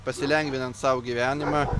pasilengvinant sau gyvenimą